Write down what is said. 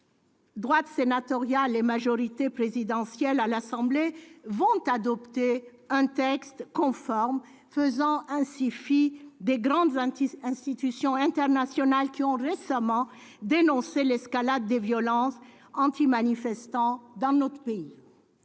droite sénatoriale et majorité présidentielle à l'Assemblée nationale vont adopter un texte conforme, faisant ainsi fi des grandes institutions internationales, qui ont récemment dénoncé l'escalade des violences anti-manifestants dans notre pays.